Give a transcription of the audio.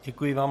Děkuji vám.